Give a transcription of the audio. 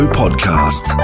podcast